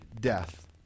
death